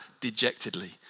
dejectedly